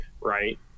right